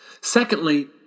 Secondly